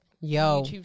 Yo